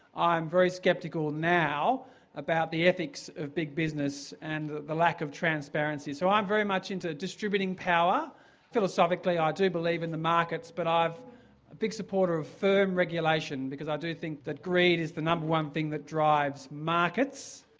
i'm very sceptical now about the ethics of big business and the the lack of transparency. so i'm very much into distributing power philosophically i ah do believe in the markets but i'm a big supporter of firm regulation because i do think that greed is the number one thing that drives markets.